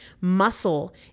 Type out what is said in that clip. Muscle